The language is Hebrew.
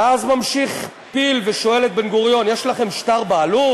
ואז ממשיך פיל ושואל את בן-גוריון: "יש לכם שטר בעלות?